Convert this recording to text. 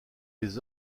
les